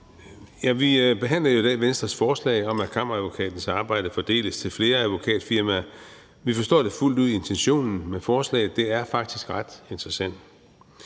Vi behandler jo i dag Venstres forslag om, at Kammeradvokatens arbejde fordeles til flere advokatfirmaer. Vi forstår fuldt ud intentionen med forslaget; det er faktisk ret interessant.